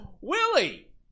Willie